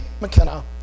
McKenna